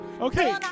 Okay